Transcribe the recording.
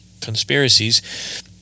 conspiracies